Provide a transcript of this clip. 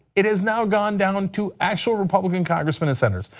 it has now gone down to actual republican congressmen and senators.